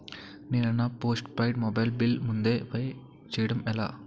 నేను నా postpaid mobile bill ముందే పే చేయడం ఎలా?